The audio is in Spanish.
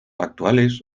actuales